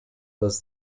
was